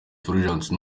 fulgence